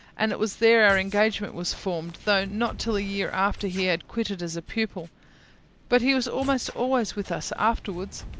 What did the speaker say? and it was there our engagement was formed, though not till a year after he had quitted as a pupil but he was almost always with us afterwards.